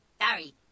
sorry